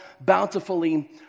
bountifully